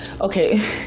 Okay